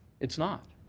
it's not.